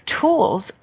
tools